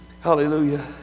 hallelujah